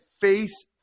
face